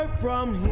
um from